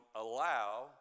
allow